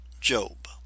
Job